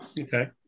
okay